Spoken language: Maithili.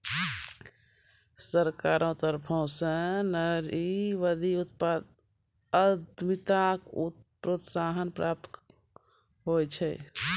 सरकारो तरफो स नारीवादी उद्यमिताक प्रोत्साहन प्राप्त होय छै